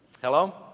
hello